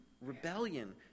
rebellion